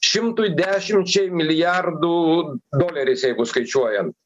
šimtui dešimčiai milijardų doleriais jeigu skaičiuojant